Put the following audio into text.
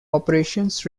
operations